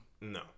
No